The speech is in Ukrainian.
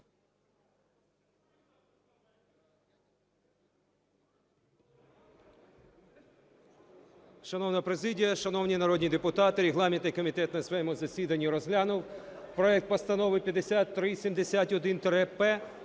Шановна президія, шановні народні депутати! Регламентний комітет на своєму засіданні розглянув проект Постанови 5371-П1,